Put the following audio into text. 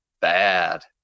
bad